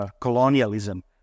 Colonialism